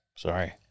Sorry